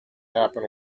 happen